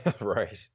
Right